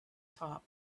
top